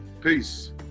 Peace